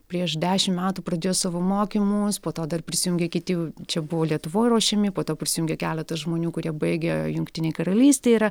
prieš dešim metų pradėjo savo mokymus po to dar prisijungė kiti čia buvo lietuvoj ruošiami po to prisijungė keletas žmonių kurie baigę jungtinėj karalystėj yra